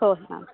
हो हो मॅम